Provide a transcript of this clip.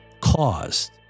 caused